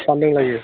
जादों लायो